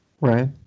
Right